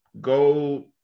go